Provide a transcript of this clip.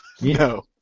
No